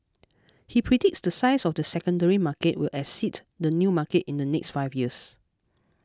he predicts the size of the secondary market will exceed the new market in the next five years